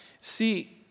See